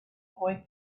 boy